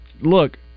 look